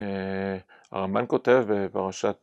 ‫הרמן כותב בפרשת...